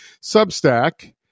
Substack